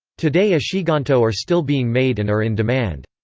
today ishiganto are still being made and are in demand.